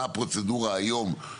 מה הפרוצדורה היום,